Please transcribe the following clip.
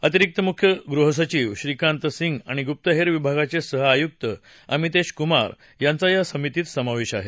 अतिरिक्त मुख्य गृहसचिव श्रीकांत सिंह आणि गुप्तहेर विभागाचे सहआयुक्त अमितेश कुमार यांचा या समितीत समावेश आहे